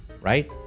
right